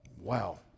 Wow